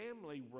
family